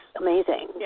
Amazing